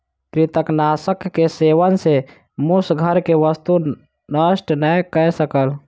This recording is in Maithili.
कृंतकनाशक के सेवन सॅ मूस घर के वस्तु नष्ट नै कय सकल